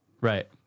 Right